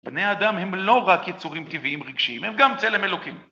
בני האדם הם לא רק יצורים טבעיים רגשיים, הם גם צלם אלוקים.